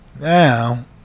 Now